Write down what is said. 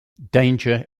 danger